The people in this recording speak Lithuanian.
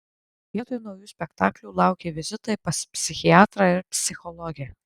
vietoj naujų spektaklių laukė vizitai pas psichiatrą ir psichologę